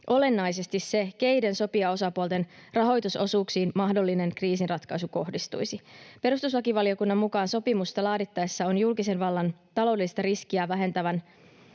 olennaisesti se, keiden sopijaosapuolten rahoitusosuuksiin mahdollinen kriisinratkaisu kohdistuisi. Perustuslakivaliokunnan mukaan sopimusta laadittaessa on julkisen vallan taloudellista riskiä vähentävän